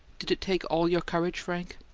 did it take all your courage, frank?